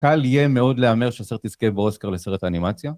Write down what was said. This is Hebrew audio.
קל יהיה מאוד להמר שהסרט יזכה באוסקר לסרט אנימציה.